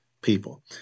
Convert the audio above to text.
people